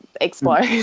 explode